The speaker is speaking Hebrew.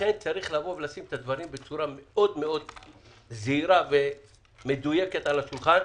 צריך לשים את הדברים בצורה זהירה ומדויקת על השולחן.